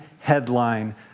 headline